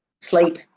Sleep